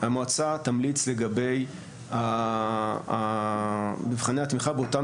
המועצה תמליץ לגבי מבחני התמיכה באותם